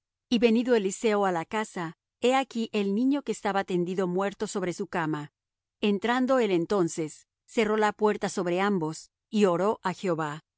y venido eliseo á la casa he aquí el niño que estaba tendido muerto sobre su cama entrando él entonces cerró la puerta sobre ambos y oró á jehová